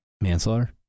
manslaughter